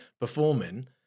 performing